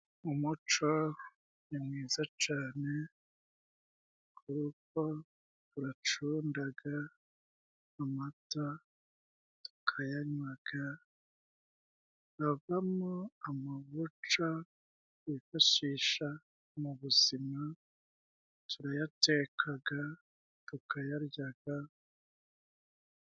Umuco ni mwiza cane kuko turacundaga amata tukayanywaga avamwo amavuca twifashisha mu buzima turayatekaga tukayaryaga.